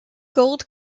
gold